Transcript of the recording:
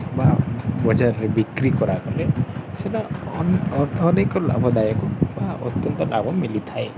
ବା ବଜାରରେ ବିକ୍ରି କରାଗଲେ ସେଇଟା ଅନେକ ଲାଭଦାୟକ ବା ଅତ୍ୟନ୍ତ ଲାଭ ମିଳିଥାଏ